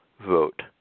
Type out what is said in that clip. vote